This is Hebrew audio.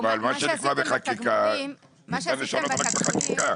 אבל מה שנקבע בחקיקה, אפשר לשנות רק בחקיקה.